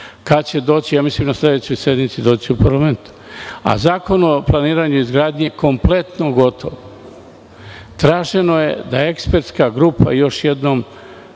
Mislim da će na sledećoj sednici doći u parlament. Zakon o planiranju i izgradnji je kompletno gotov. Traženo je da ekspertska grupa još jednom